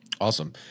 Awesome